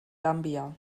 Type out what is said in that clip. gambia